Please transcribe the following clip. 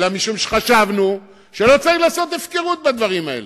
אלא משום שחשבנו שלא צריך שתהיה הפקרות בדברים האלה.